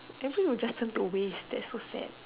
every one just turn away that's so sad